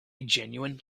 genuine